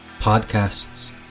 podcasts